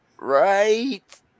right